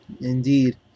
Indeed